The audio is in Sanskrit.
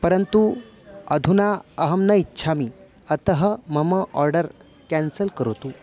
परन्तु अधुना अहं न इच्छामि अतः मम आर्डर् केन्सल् करोतु